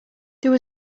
there